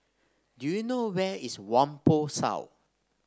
do you know where is Whampoa South